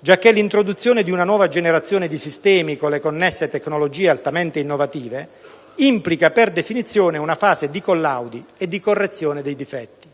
giacché l'introduzione di una nuova generazione di sistemi, con le connesse tecnologie altamente innovative, implica per definizione una fase di collaudi e di correzione dei difetti.